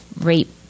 rape